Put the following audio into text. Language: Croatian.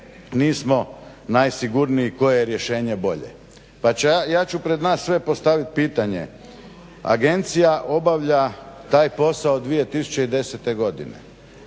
nismo najsigurniji koje je rješenje bolje. Pa ću ja, ja ću pred nas sve postavit pitanje. Agencija obavlja taj posao 2010. godine.